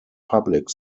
public